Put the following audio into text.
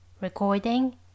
recording